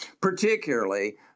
particularly